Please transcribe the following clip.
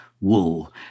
wool